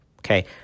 Okay